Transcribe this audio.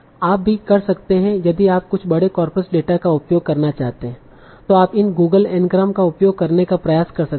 आप भी कर सकते हैं यदि आप कुछ बड़े कॉर्पस डेटा का उपयोग करना चाहते हैं तों आप इन गूगल N ग्राम का उपयोग करने का प्रयास कर सकते हैं